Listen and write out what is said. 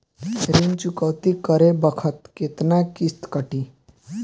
ऋण चुकौती करे बखत केतना किस्त कटी?